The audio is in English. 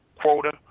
quota